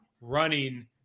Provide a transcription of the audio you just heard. running –